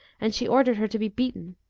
and she ordered her to be beaten.